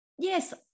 Yes